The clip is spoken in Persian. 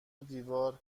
دیوار